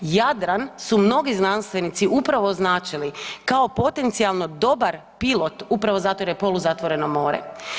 Jadran su mnogi znanstvenici upravo označili kao potencijalno dobar pilot upravo zato jer je poluzatvoreno more.